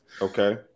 Okay